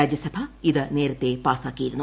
രാജ്യസഭ ഇത് നേരത്തെ പാസ്റ്റാക്കിയിരുന്നു